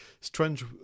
strange